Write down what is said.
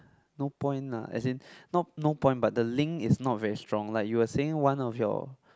no point lah as in not no point but the link is not very strong like you were saying one of your